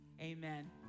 amen